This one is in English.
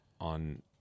On